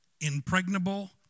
impregnable